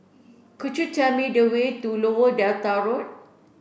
could you tell me the way to Lower Delta Road